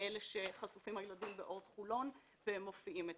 מאלה שחשופים אליהן הילדים באורט חולון והתסמינים מופיעים אצלי.